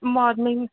morning